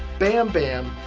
bamm bamm,